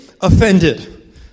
offended